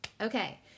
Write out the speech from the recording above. Okay